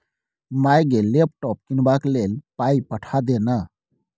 माय गे लैपटॉप कीनबाक लेल पाय पठा दे न